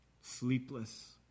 sleepless